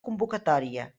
convocatòria